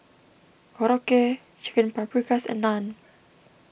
Korokke Chicken Paprikas and Naan